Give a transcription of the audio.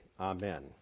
Amen